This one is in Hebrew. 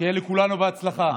שיהיה לכולנו בהצלחה.